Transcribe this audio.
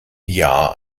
jahr